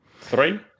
three